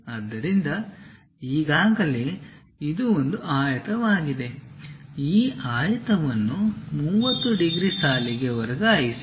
ಆದ್ದರಿಂದ ಈಗಾಗಲೇ ಇದು ಒಂದು ಆಯತವಾಗಿದೆ ಈ ಆಯತವನ್ನು 30 ಡಿಗ್ರಿ ಸಾಲಿಗೆ ವರ್ಗಾಯಿಸಿ